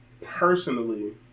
personally